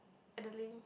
Adeline